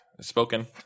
spoken